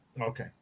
Okay